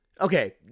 Okay